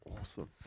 Awesome